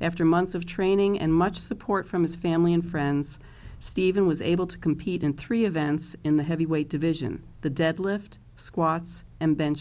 after months of training and much support from his family and friends steven was able to compete in three events in the heavyweight division the deadlift squats and bench